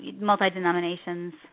multi-denominations